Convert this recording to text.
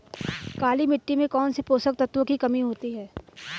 काली मिट्टी में कौनसे पोषक तत्वों की कमी होती है?